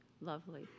lovely